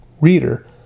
reader